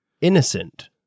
Innocent